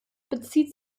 bezieht